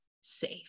safe